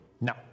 No